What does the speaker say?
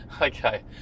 Okay